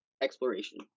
exploration